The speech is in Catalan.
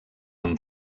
amb